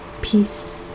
peace